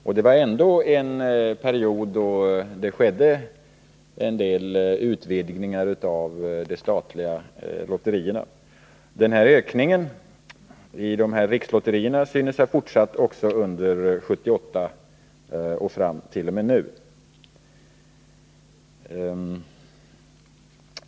Och det var ändå en period när det skedde en del utvidgningar av de statliga lotterierna. Denna ökning av rikslotterier synes ha fortsatt också under 1978 och fram till nu.